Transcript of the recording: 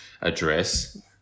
address